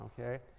okay